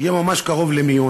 יהיה ממש קרוב למיון.